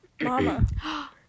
Mama